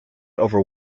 over